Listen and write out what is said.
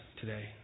today